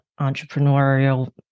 entrepreneurial